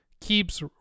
keeps